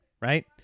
right